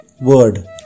word